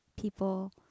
people